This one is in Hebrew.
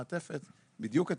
המעטפת שאותה הוא מקבל,